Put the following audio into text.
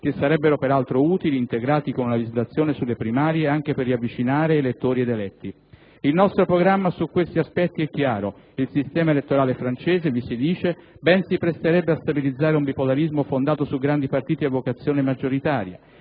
che sarebbero peraltro utili, integrati con una legislazione sulle primarie, anche per riavvicinare elettori ed eletti. Il nostro programma su questi aspetti è chiaro: il sistema elettorale francese, vi si dice, «ben si presterebbe a stabilizzare un bipolarismo fondato su grandi partiti a vocazione maggioritaria».